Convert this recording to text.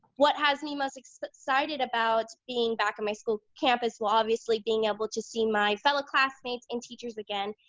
what has me most excited about being back on my school campus well obviously being able to see my fellow classmates and teachers again,